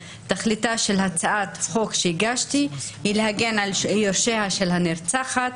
תכליתה של הצעת החוק שהגשתי היא להגן על יורשיה של הנרצחת,